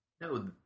No